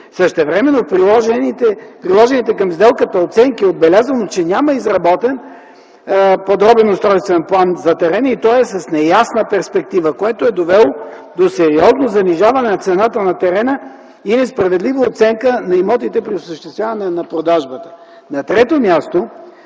Същевременно в приложените към сделката оценки е отбелязано, че няма изработен подробен устройствен план за терена и той е с неясна перспектива, което е довело до сериозно занижаване на цената на терена и несправедлива оценка на имотите при осъществяване на продажбата. На трето място,